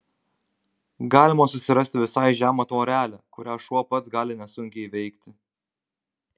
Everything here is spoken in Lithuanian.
galima susirasti visai žemą tvorelę kurią šuo pats gali nesunkiai įveikti